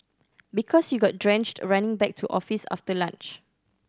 because you got drenched running back to office after lunch